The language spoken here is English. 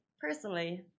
personally